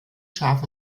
scharf